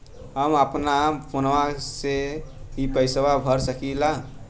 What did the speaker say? हम अपना फोनवा से ही पेसवा भर सकी ला?